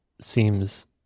seems